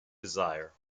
desire